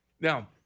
now